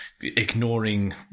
ignoring